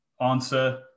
Answer